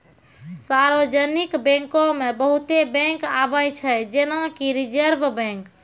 सार्वजानिक बैंको मे बहुते बैंक आबै छै जेना कि रिजर्व बैंक